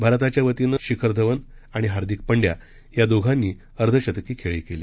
भारताच्या वतीनं शिखर धवन आणि हार्दिक पंड्या या दोघांनी अर्धशतकी खेळी केली